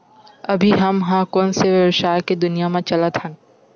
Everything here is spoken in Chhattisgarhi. अभी हम ह कोन सा व्यवसाय के दुनिया म चलत हन?